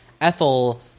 Ethel